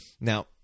Now